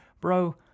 Bro